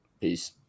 Peace